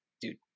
dude